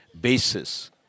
basis